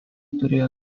turėjo